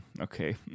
okay